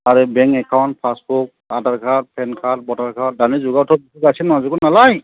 आरो bank account पासबुकक Aadhaar card PAN card voter card दानि जुगावथ' गासैबो नांजोबगौ नालाय